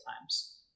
times